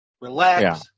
Relax